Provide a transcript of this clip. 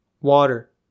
water